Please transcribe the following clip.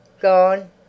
Gone